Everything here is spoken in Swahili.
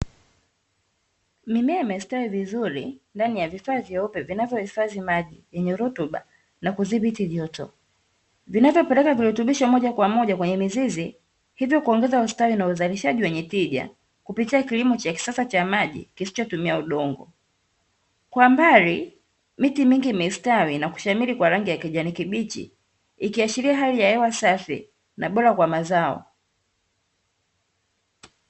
Mimea imestawi vizuri ndani ya vifaa vyeupe vinavyo hifadhi maji yenye rutuba na kudhibiti joto, vinavyo peleka virutubishi moja kwa moja kwenye mizizi, hivyo kuongeza ustawi na uzalishaji wenye tija kupitia kilimo cha kisasa cha maji kisicho tumia udongo. Kwa mbali miti mingi imestawi na kushamiri kwa rangi ya kijani kibichi, ikiashiria hali ya hewa safi na bora kwa mazao.